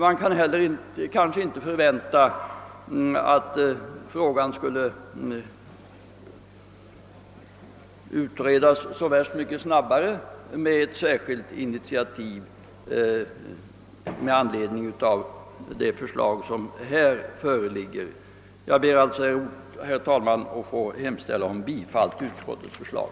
Man kan inte heller förvänta att frågan skulle utredas så värst mycket snabbare med ett särskilt initiativ i anledning av det förslag som här föreligger. Jag ber, herr talman, att få hemställa om bifall till utskottets förslag.